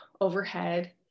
overhead